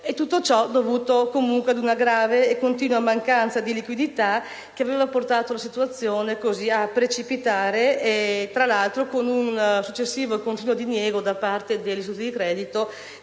Tutto ciò per una grave e continua mancanza di liquidità che aveva portato la situazione a precipitare, anche in seguito a un successivo e continuo diniego da parte degli istituti di credito